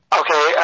okay